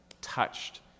touched